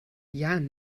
jahren